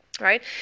right